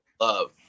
love